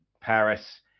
Paris